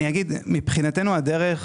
מבחינתנו הדרך